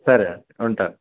సరే అండి ఉంటాను